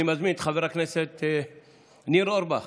אני מזמין את חבר הכנסת ניר אורבך